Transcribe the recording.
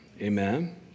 Amen